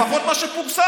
לפחות מה שפורסם,